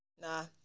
nah